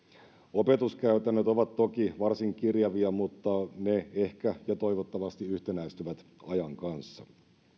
opetuskäytännöt ovat toki varsin kirjavia mutta ne ehkä ja toivottavasti yhtenäistyvät ajan kanssa